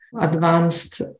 advanced